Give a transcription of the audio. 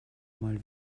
mal